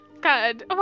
God